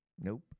Nope